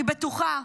אני בטוחה,